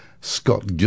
Scott